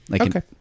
Okay